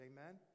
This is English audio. amen